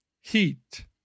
heat